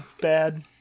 Bad